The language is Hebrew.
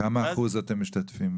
כמה אחוז אתם משתתפים?